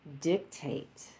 dictate